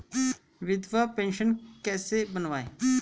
विधवा पेंशन कैसे बनवायें?